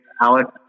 Alex